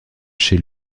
chez